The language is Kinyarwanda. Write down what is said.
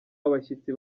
abashyitsi